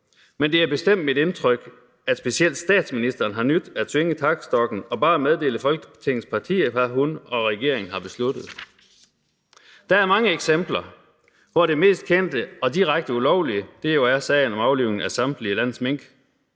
Men det er bestemt mit indtryk, at specielt statsministeren har nydt at svinge taktstokken og bare meddele Folketingets partier, hvad hun og regeringen har besluttet. Der er mange eksempler, hvor det mest kendte og direkte ulovlige er sagen om aflivning af samtlige af landets mink.